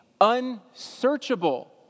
unsearchable